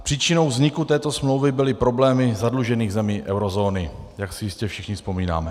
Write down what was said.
Příčinou vzniku této smlouvy byly problémy zadlužených zemí eurozóny, jak si jistě všichni vzpomínáme.